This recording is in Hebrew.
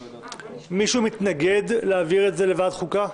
מישהו מתנגד להעביר את זה לוועדת החוקה?